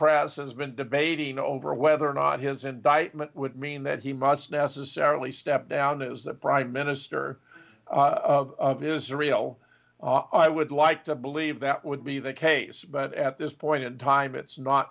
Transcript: press has been debating over whether or not his indictment would mean that he must necessarily step down as the prime minister of israel i would like to believe that would be the case but at this point in time it's not